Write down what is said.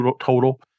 total